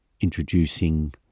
introducing